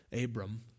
Abram